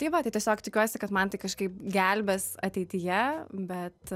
tai va tai tiesiog tikiuosi kad man tai kažkaip gelbės ateityje bet